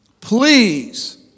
Please